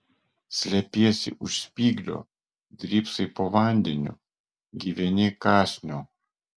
slepiesi už spyglio drybsai po vandeniu gyveni kąsniu